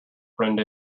friend